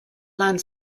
land